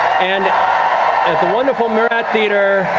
and at the wonderful murat theater.